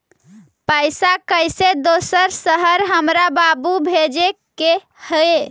पैसा कैसै दोसर शहर हमरा बाबू भेजे के है?